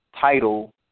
title